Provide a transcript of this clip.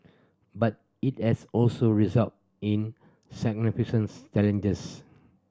but it has also resulted in significance challenges